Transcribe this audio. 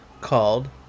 called